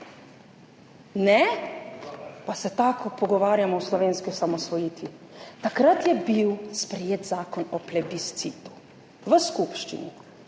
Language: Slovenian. Ne?! Pa se tako pogovarjamo o slovenski osamosvojitvi. Takrat je bil sprejet zakon o plebiscitu v skupščini